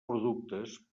productes